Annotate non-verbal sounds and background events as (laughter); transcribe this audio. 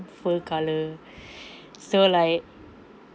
fur colour (breath) so like